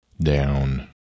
Down